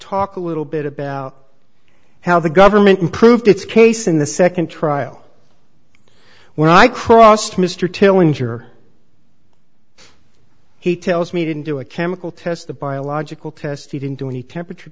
talk a little bit about how the government improved its case in the second trial when i crossed mr till injure he tells me to do a chemical test the biological test he didn't do any temperature